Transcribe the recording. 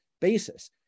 basis